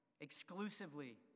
exclusively